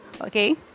Okay